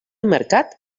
mercat